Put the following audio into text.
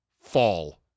Fall